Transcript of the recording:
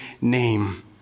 name